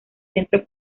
centro